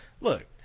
Look